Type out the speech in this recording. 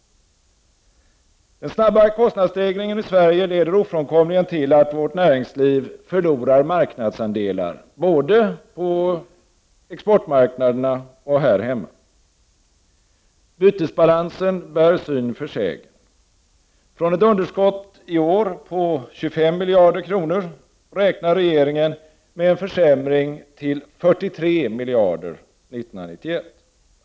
Den snabba kostnadsstegringen i Sverige leder ofrånkomligen till att vårt näringsliv förlorar marknadsandelar både på exportmarknaderna och här hemma. Bytesbalansen bär syn för sägen. Från ett underskott i år på 25 miljarder kronor räknar regeringen med en försämring till 43 miljarder 1991.